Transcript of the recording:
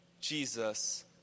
Jesus